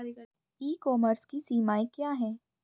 ई commerce की सीमाएं क्या हैं?